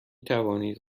توانید